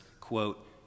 quote